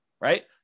right